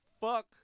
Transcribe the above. Fuck